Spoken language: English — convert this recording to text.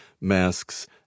masks